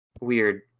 weird